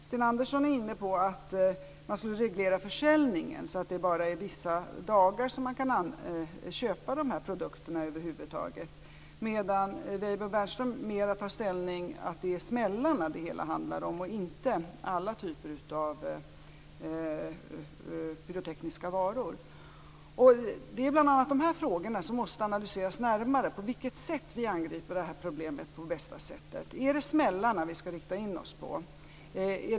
Sten Andersson är inne på att reglera försäljningen så att produkterna kan köpas endast vissa dagar. Weibull Bernström intar ställningen att det handlar om smällarna, inte alla typer av pyrotekniska varor. Det är bl.a. dessa frågor som måste analyseras närmare. På vilket sätt angriper vi problemet på bästa sättet? Är det smällarna vi skall rikta in oss på?